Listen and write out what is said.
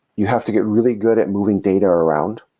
you have to get really good at moving data around.